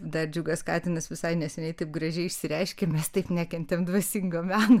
dar džiugas katinas visai neseniai taip gražiai išsireiškė mes taip nekentėm dvasingo meno